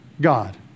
God